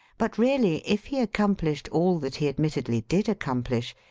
but really, if he accom plished all that he admittedly did accomplish,